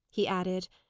he added.